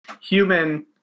human